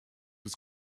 was